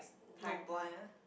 no point ah